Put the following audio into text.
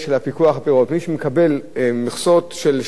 מי שמקבל מכסות של שטחים לחקלאות,